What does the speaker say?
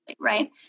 right